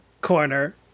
Corner